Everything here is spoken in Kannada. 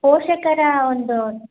ಪೋಷಕರ ಒಂದು